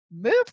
move